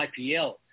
IPL